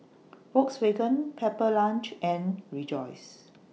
Volkswagen Pepper Lunch and Rejoice